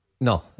No